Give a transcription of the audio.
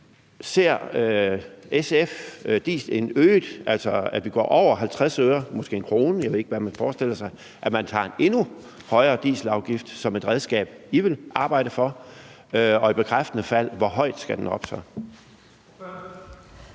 Ser SF det, at vi går over 50 øre, måske 1 kr. – jeg ved ikke, hvad man forestiller sig – og altså laver en endnu højere dieselafgift, som et redskab, I vil arbejde for? Og i bekræftende fald, hvor højt skal den op så?